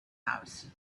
house